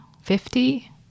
Fifty